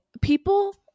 people